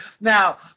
Now